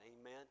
amen